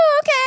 okay